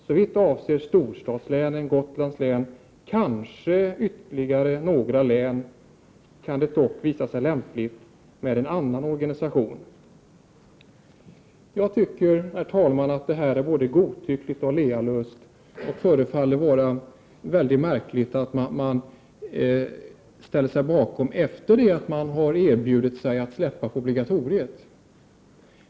Såvitt avser storstadslänen, Gotlands län och kanske ytterligare några län kan det dock visa sig lämpligt med en annan organisation.” Herr talman! Jag menar att detta är både godtyckligt och lealöst. Det förefaller mycket märkligt att partierna ställer sig bakom detta efter att ha erbjudit sig att släppa på obligatoriet.